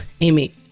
Amy